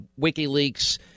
WikiLeaks